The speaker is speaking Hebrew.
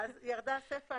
ירדה הסיפה.